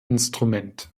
instrument